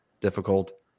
difficult